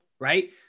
right